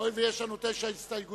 הואיל ויש לנו תשע הסתייגויות,